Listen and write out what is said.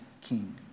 king